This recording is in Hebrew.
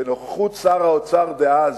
בנוכחות שר האוצר דאז,